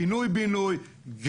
פינוי בינוי,